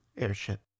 Airship